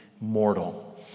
mortal